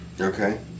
Okay